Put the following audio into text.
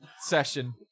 session